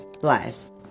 lives